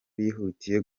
bihutiye